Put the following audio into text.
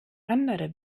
andere